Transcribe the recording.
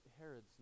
Herod's